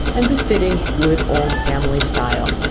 and befitting good old family style.